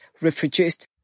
reproduced